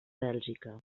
bèlgica